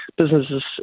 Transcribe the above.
businesses